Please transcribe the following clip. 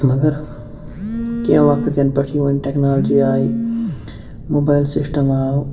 مگر کیٚنہہ وقت یَنہٕ پٮ۪ٹھ یہِ وۄنۍ ٹیکنالجی آیہِ موبایِل سِسٹَم آو